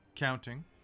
counting